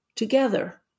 together